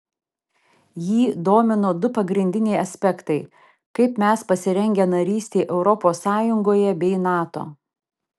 jį domino du pagrindiniai aspektai kaip mes pasirengę narystei europos sąjungoje bei nato